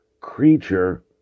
creature